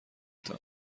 تان